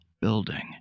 building